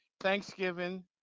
Thanksgiving